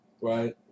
Right